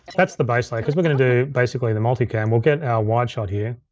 that's the base layer, cause we're gonna do, basically the multicam. we'll get our wide shot here.